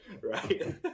right